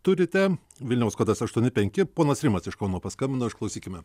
turite vilniaus kodas aštuoni penki ponas rimas iš kauno paskambino išklausykime